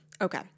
Okay